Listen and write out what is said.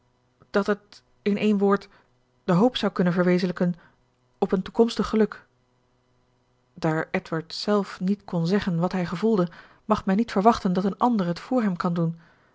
dat het in één woord de hoop zou kunnen verwezenlijken op een toekomstig geluk daar edward zelf niet kon zeggen wat hij gevoelde mag men niet verwachten dat een ander het voor hem kan doen